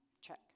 Check